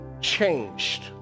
changed